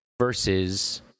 versus